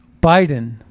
Biden